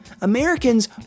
Americans